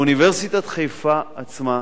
אוניברסיטת חיפה עצמה,